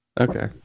okay